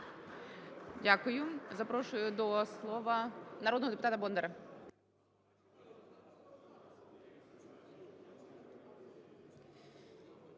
Запрошую до слова народного депутата Бондаря.